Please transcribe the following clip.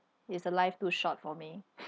is a life too short for me